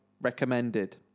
Recommended